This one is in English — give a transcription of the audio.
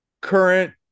current